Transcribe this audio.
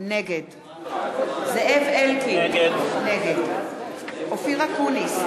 נגד זאב אלקין, נגד אופיר אקוניס,